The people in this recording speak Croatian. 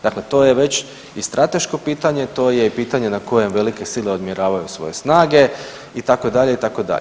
Dakle, to je već i strateško pitanje, to je i pitanje na kojem velike sile odmjeravaju svoje snage itd., itd.